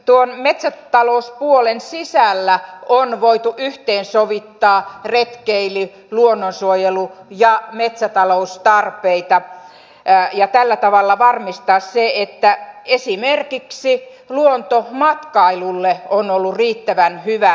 myöskin metsätalouspuolen sisällä on voitu yhteensovittaa retkeily luonnonsuojelu ja metsätaloustarpeita ja tällä tavalla varmistaa se että esimerkiksi luontomatkailulle on ollut riittävän hyvät edellytykset